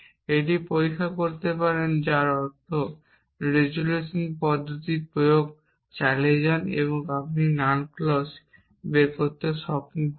এটি পরীক্ষা করতে পারেন যার অর্থ রেজোলিউশন পদ্ধতি প্রয়োগ করা চালিয়ে যান এবং আপনি নাল ক্লজ বের করতে সক্ষম হবেন